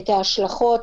את ההשלכות,